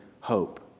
hope